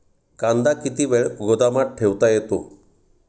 कांदा किती वेळ गोदामात ठेवता येतो?